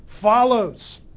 follows